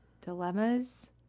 dilemmas